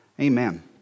Amen